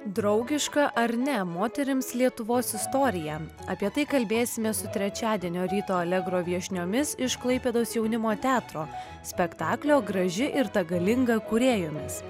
draugiška ar ne moterims lietuvos istorija apie tai kalbėsime su trečiadienio ryto allegro viešniomis iš klaipėdos jaunimo teatro spektaklio graži ir ta galinga kūrėjomis